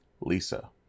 Lisa